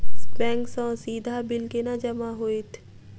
Bank सँ सीधा bill केना जमा होइत?